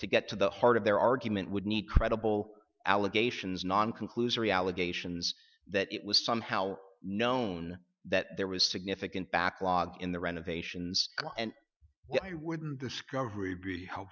to get to the heart of their argument would need credible allegations non conclusory allegations that it was somehow known that there was significant backlog in the renovations and i wouldn't discovery